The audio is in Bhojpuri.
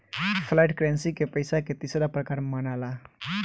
फ्लैट करेंसी के पइसा के तीसरा प्रकार मनाला